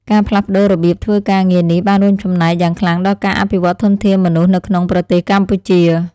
ការផ្លាស់ប្តូររបៀបធ្វើការងារនេះបានរួមចំណែកយ៉ាងខ្លាំងដល់ការអភិវឌ្ឍធនធានមនុស្សនៅក្នុងប្រទេសកម្ពុជា។